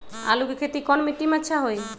आलु के खेती कौन मिट्टी में अच्छा होइ?